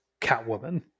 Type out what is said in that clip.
Catwoman